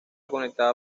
conectada